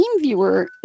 TeamViewer